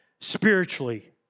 Spiritually